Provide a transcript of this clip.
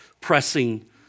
Pressing